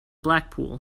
blackpool